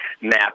map